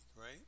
right